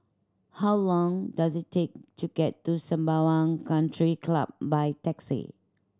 how long does it take to get to Sembawang Country Club by taxi